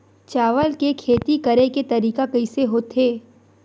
चावल के खेती करेके तरीका कइसे होथे?